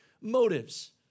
motives